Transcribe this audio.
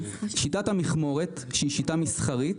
שיטת המכמורת, שהיא שיטה מסחרית,